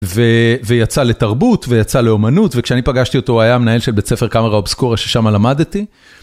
ויצא לתרבות, ויצא לאומנות, וכשאני פגשתי אותו, הוא היה מנהל של בית ספר קאמרה אובסקורה ששם למדתי.